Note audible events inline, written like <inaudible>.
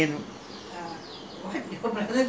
no lah <laughs>